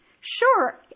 Sure